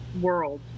world